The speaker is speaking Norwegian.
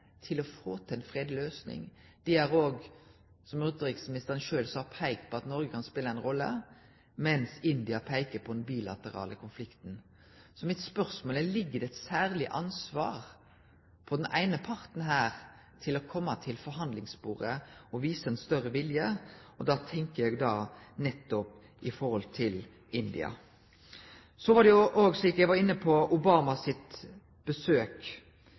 til å få til ei fredeleg løysing. Dei har òg, som utanriksministeren sjølv sa, peikt på at Noreg kan spele ei rolle, mens India peiker på den bilaterale konflikten. Da er mitt spørsmål til utanriksministeren: Ligg det eit særleg ansvar på den eine parten for å kome til forhandlingsbordet og vise større vilje? Da tenkjer eg nettopp på India. Så til, slik eg òg var inne på, Obama sitt besøk.